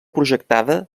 projectada